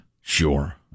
Sure